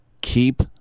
keep